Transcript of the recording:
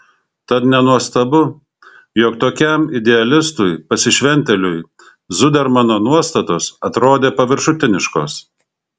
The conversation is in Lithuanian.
tad nenuostabu jog tokiam idealistui pasišventėliui zudermano nuostatos atrodė paviršutiniškos